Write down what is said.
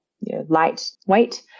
lightweight